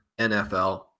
NFL